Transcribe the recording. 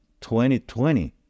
2020